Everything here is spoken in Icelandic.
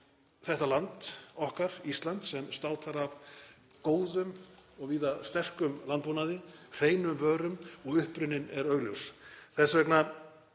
þetta land okkar, Ísland sem státar af góðum og víða sterkum landbúnaði, hreinum vörum og uppruninn er augljós. Þess vegna